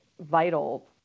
vital